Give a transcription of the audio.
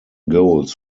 goals